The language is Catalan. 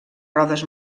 rodes